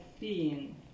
seen